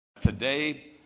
Today